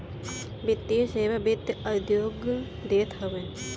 वित्तीय सेवा वित्त उद्योग देत हअ